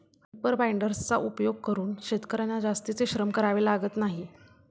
reaper बाइंडर्सचा उपयोग करून शेतकर्यांना जास्तीचे श्रम करावे लागत नाही